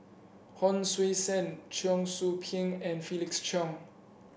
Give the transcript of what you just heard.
Hon Sui Sen Cheong Soo Pieng and Felix Cheong